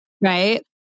Right